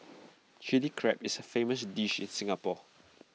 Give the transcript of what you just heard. Chilli Crab is A famous dish in Singapore